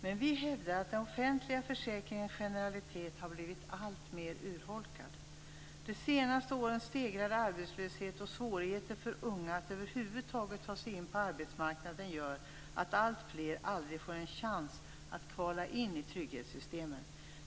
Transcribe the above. Men vi hävdar att den offentliga försäkringens generalitet har blivit alltmer urholkad. De senaste årens stegrade arbetslöshet och svårigheter för unga att över huvud taget ta sig in på arbetsmarknaden gör att alltfler aldrig får en chans att kvala in i trygghetssystemen.